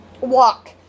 walk